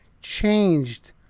changed